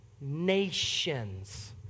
nations